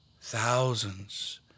thousands